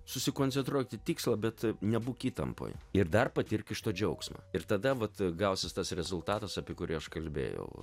susikoncentruok į tikslą bet nebūk įtampoj ir dar patirk iš to džiaugsmą ir tada vat gausis tas rezultatas apie kurį aš kalbėjau